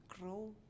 grow